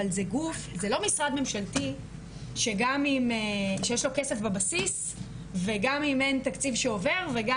זה לא משרד ממשלתי שגם כשיש לו כסף בבסיס וגם אם אין תקציב שעובר וגם